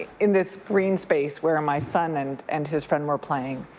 in this green space where my son and and his friend were playing.